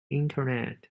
internet